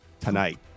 tonight